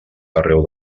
arreu